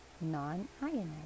non-ionized